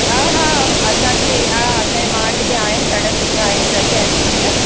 हा हा असांजे हा असांजे मार्ट ते आहिनि ॾाढा सुठा आहिनि टई आहिनि फ्रूट